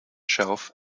shelf